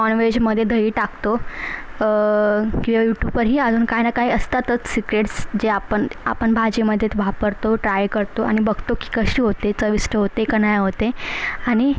नॉनवेजमधे दही टाकतो किंवा यूट्यूबवरही अजून काय ना काय असतातच सीक्रेट्स जे आपण आपण भाजीमधेत वापरतो ट्राय करतो आणि बघतो की कशी होते चविष्ट होते का नाही होत आहे आणि